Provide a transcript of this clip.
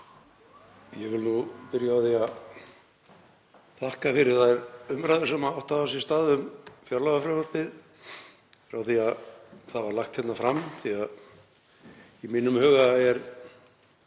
Ég vil nú byrja á því að þakka fyrir þær umræður sem átt hafa sér stað um fjárlagafrumvarpið frá því að það var lagt fram. Í mínum huga eru